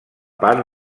part